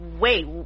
wait